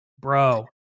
bro